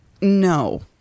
No